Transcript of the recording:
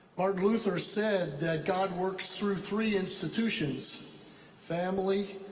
martin luther said that god works through three institutions family,